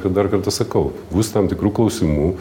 dar kartą sakau bus tam tikrų klausimų